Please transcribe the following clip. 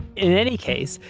in any case,